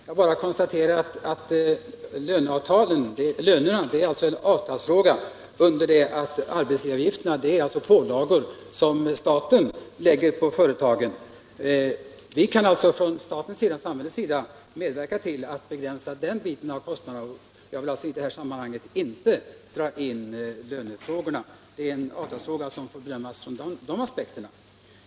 Jag konstaterar bara att lönerna Nr 138 är en avtalsfråga, under det att arbetsgivaravgifterna är pålagor som staten Onsdagen den lägger på företagen. Från statens sida kan man alltså medverka till att 25 maj 1977 begränsa den biten av kostnaderna. I det här sammanhanget vill jag IL alltså inte dra in lönerna. Det är en avtalsfråga som får ses ur andra = Åtgärder för textilaspekter.